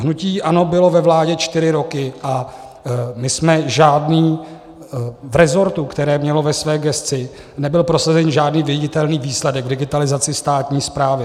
Hnutí ANO bylo ve vládě čtyři roky a v resortech, které mělo ve své gesci, nebyl prosazen žádný viditelný výsledek v digitalizaci státní správy.